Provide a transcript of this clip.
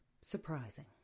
surprising